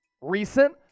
recent